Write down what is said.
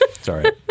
Sorry